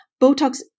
Botox